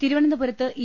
തിരുവനന്തപുരത്ത് ഇ